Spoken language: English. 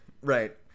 Right